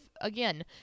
again